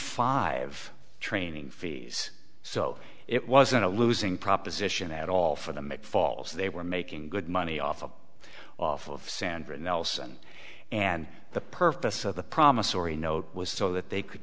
five training fees so it wasn't a losing proposition at all for them it falls they were making good money off of off of sandra nelson and the purpose of the promissory note was so that they could